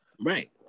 Right